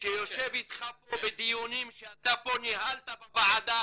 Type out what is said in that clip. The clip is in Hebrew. פה שיושב איתך פה בדיונים שאתה ניהלת בוועדה